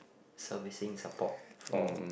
servicing support for